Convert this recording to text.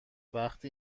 وقتی